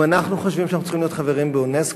אם אנחנו חושבים שאנחנו צריכים להיות חברים באונסק"ו,